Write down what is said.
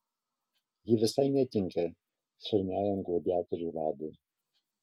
ji visai netinka šauniajam gladiatorių vadui